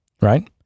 right